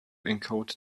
encode